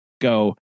go